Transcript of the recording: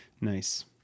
nice